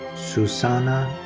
sussana